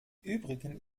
übrigen